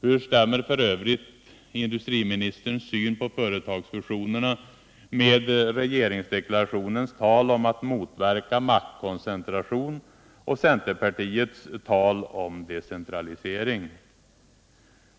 Hur stämmer f. ö. industriministerns syn på företagsfusionerna med regeringsdeklarationens tal om att motverka maktkoncentration och centerpartiets tal om decentralisering?